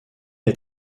est